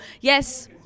yes